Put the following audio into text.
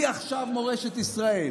היא עכשיו מורשת ישראל.